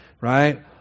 right